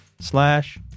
slash